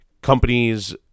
Companies